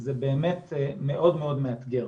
וזה באמת מאוד מאתגר.